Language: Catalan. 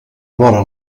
vora